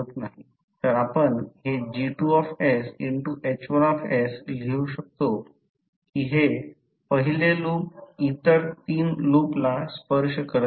तर आपण हे G2sH1 लिहू शकतो की हे पहिले लूप इतर 3 लूपला स्पर्श करत नाही